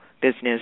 business